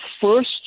first